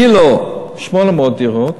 גילה 800 דירות,